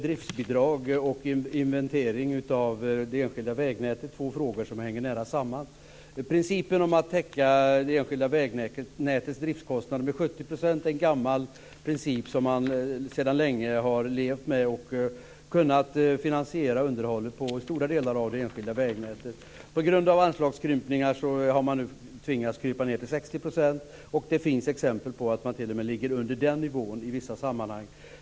Driftsbidrag och en inventering av det enskilda vägnätet är två frågor som hänger nära samman. Att täcka det enskilda vägnätets driftskostnader med 70 % är en gammal princip som man sedan länge har levt med. Man har kunnat finansiera underhållet på stora delar av det enskilda vägnätet. På grund av anslagskrympningar har man nu tvingats minska till 60 %. Det finns exempel på att man t.o.m. ligger under den nivån i vissa sammanhang.